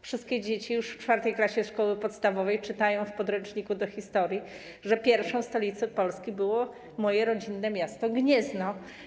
Wszystkie dzieci już w IV klasie szkoły podstawowej czytają w podręczniku do historii, że pierwszą stolicą Polski było moje rodzinne miasto - Gniezno.